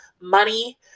money